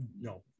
no